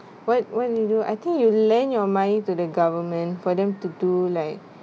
what what you do I think you lend your money to the government for them to do like